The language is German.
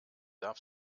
darf